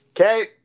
Okay